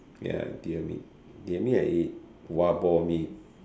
ya deer meat deer meat I eat wild boar meat